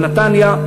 של נתניה,